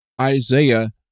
Isaiah